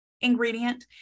ingredient